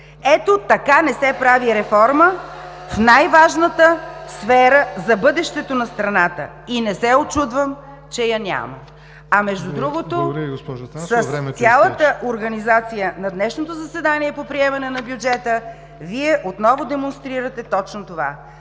Ето, така не се прави реформа в най-важната сфера за бъдещето на страната и не се учудвам, че я няма. А между другото, с цялата организация на днешното заседание по приемане на бюджета, Вие отново демонстрирате точно това,